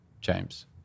James